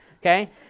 Okay